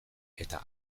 eta